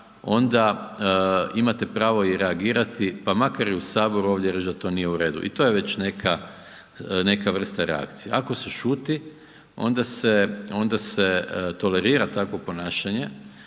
onda ima pravo i reagirati pa makar i u Saboru ovdje reć da to nije u redu i to je već neka vrsta reakcije. Ako se šuti, onda se tolerira takvo ponašanje